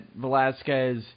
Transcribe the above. Velasquez